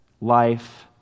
life